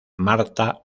marta